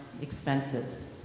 expenses